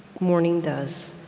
mourning does.